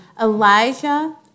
Elijah